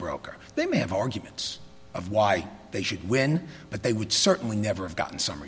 broker they may have arguments of why they should win but they would certainly never have gotten some